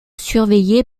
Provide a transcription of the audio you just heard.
surveillé